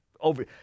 over